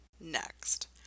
next